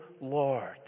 Lord